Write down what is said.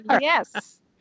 yes